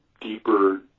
deeper